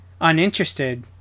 uninterested